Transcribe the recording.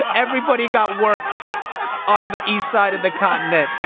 so everybody got work on the east side of the continent.